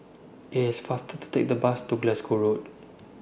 IS IT faster to Take The Bus to Glasgow Road